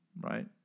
right